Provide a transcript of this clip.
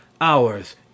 Hours